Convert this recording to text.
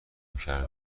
کرده